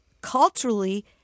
culturally